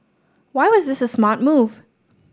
why was this a smart move